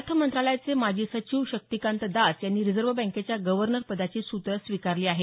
अर्थ मंत्रालयाचे माजी सचिव शक्तिकांत दास यांनी रिजव्ह बँकेच्या गर्व्हनरपदाची सूत्रं स्वीकारली आहेत